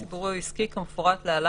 במקום ציבורי או עסקי כמפורט להלן,